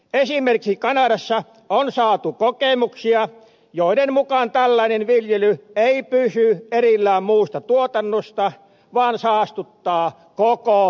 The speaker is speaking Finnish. esimerkiksi kanadassa on saatu kokemuksia joiden mukaan tällainen viljely ei pysy erillään muusta tuotannosta vaan saastuttaa koko maatalouden